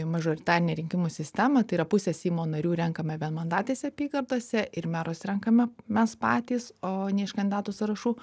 mažoritarinę rinkimų sistemą tai yra pusę seimo narių renkame vienmandatėse apygardose ir merus renkame mes patys o ne iš kandidatų sąrašų